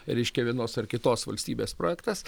reiškia vienos ar kitos valstybės projektas